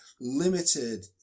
limited